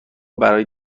برای